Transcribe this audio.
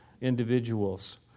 individuals